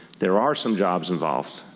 there are some jobs involved.